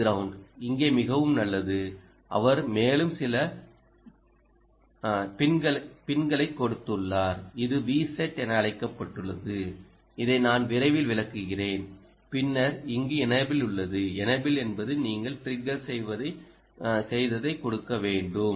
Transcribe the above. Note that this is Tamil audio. இது கிரவுண்ட் இங்கே மிகவும் நல்லது அவர் மேலும் சில பின்களை கொடுத்துள்ளார் இது Vset என அழைக்கப்படுகிறது இதை நான் விரைவில் விளக்குகிறேன் பின்னர் இங்கு எனேபிள் உள்ளது எனேபிள் என்பது நீங்கள் ட்ரிகர் செய்ததை கொடுக்க வேண்டும்